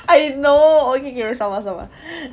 I know okay okay wait sabar sabar